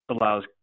allows